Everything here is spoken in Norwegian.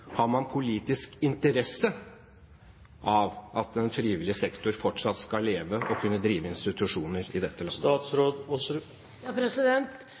Har man politisk interesse av at den frivillige sektor fortsatt skal leve og kunne drive institusjoner i dette